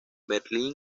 berlín